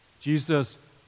Jesus